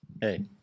Hey